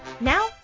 Now